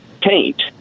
paint